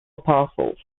apostles